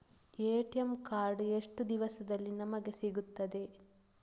ATM card ಎಷ್ಟು ದಿವಸದಲ್ಲಿ ನಮಗೆ ಸಿಗುತ್ತದೆ?